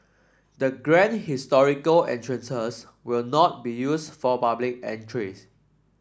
the grand historical entrances will not be used for public entries